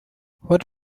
what